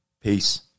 Peace